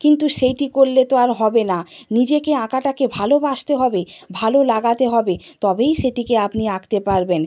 কিন্তু সেটি করলে তো আর হবে না নিজেকে আঁকাটাকে ভালোবাসতে হবে ভালো লাগাতে হবে তবেই সেটিকে আপনি আঁকতে পারবেন